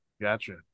Gotcha